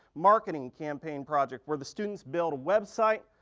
marketing campaign project where the students build a website,